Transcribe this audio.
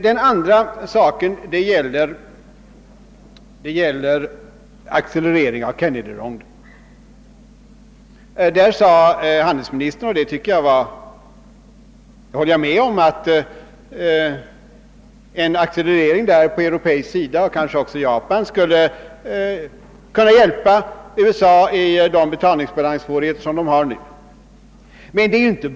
Den andra saken gäller accelerering av Kennedyronden. Handelsministern sade — och detta håller. jag med honom om— att en accelerering på europeisk sida, och kanske också på japansk, skulle kunna hjälpa USA i de betalningssvårigheter som USA råkat i.